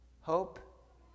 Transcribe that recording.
Hope